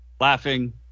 laughing